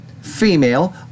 female